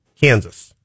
Kansas